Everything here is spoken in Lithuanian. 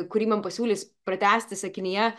kurį man pasiūlys pratęsti sakinyje